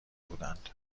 بودند